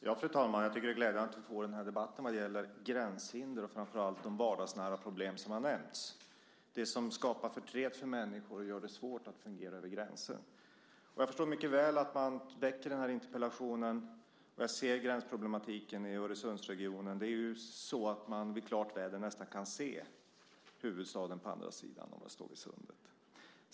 Fru talman! Det är glädjande att vi får den här debatten om gränshinder och framför allt de vardagsnära problem som har nämnts. Det skapar förtret för människor och gör det svårt att fungera över gränser. Jag förstår mycket väl att Lars-Ivar Ericson ställer den här interpellationen, och jag ser gränsproblematiken i Öresundsregionen. Det är så att man vid klart väder nästan kan se huvudstaden på andra sidan om man står vid sundet.